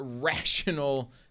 rational